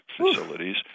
facilities